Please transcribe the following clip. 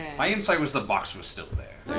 my insight was the box was still there.